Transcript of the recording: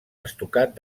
estucat